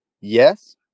yes